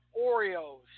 Oreos